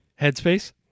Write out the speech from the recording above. Headspace